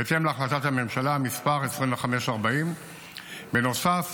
בהתאם להחלטת הממשלה מס' 2540. בנוסף,